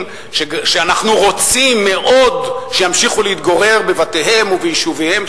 שאנחנו רוצים מאוד שימשיכו להתגורר בבתיהם וביישוביהם,